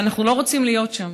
ואנחנו לא רוצים להיות שם.